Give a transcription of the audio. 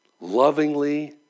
lovingly